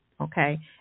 Okay